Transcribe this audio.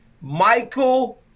michael